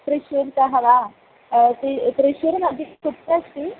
त्रिशूर्तः वा त्रि त्रिशूरुमध्ये कुत्र अस्ति